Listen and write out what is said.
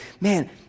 Man